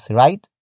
right